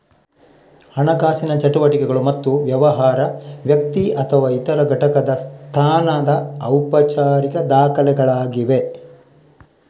ಹಣಕಾಸಿನ ಚಟುವಟಿಕೆಗಳು ಮತ್ತು ವ್ಯವಹಾರ, ವ್ಯಕ್ತಿ ಅಥವಾ ಇತರ ಘಟಕದ ಸ್ಥಾನದ ಔಪಚಾರಿಕ ದಾಖಲೆಗಳಾಗಿವೆ